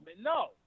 no